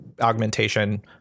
augmentation